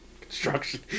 Construction